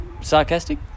sarcastic